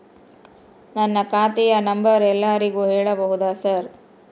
ನನ್ನ ಖಾತೆಯ ನಂಬರ್ ಎಲ್ಲರಿಗೂ ಹೇಳಬಹುದಾ ಸರ್?